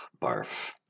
Barf